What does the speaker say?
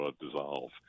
dissolve